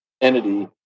entity